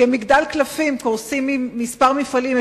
כמגדל קלפים קורסים כמה מפעלים,